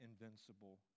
invincible